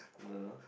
hold on ah